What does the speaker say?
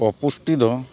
ᱚᱯᱩᱥᱴᱤ ᱫᱚ